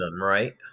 right